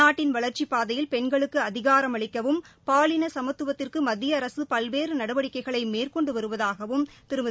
நாட்டின் வளர்ச்சிப்பாதையில் பெண்களுக்கு அதிகாரம் அளிக்கவும் பாலின சமத்துவத்திற்கும் மத்திய அரசு பல்வேறு நடவடிக்கைகளை மேற்கொண்டு வருவதாகவும் திருமதி